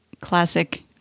classic